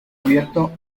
abierto